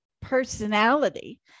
personality